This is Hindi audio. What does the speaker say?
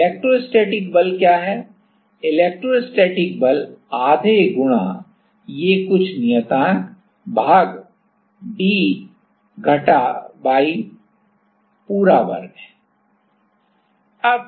अब इलेक्ट्रोस्टैटिक बल क्या है इलेक्ट्रोस्टैटिक बल आधे गुणा ये कुछ नियतांक भाग d घटा y पूरे वर्ग है